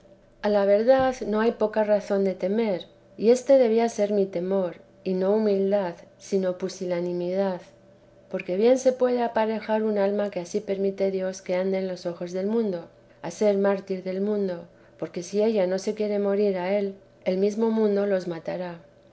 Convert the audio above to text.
ninguno la verdad no hay poca razón de temer y este debía ser mi temor y no humildad sino pusilanimidad porque bien se puede aparejar un alma que ansí permite dios que ande en los ojos del mundo a ser mártir del mundo porque si ella no se quiere morir a v mesmo mundo la matará